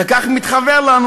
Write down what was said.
וכך מתחוור לנו,